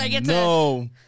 no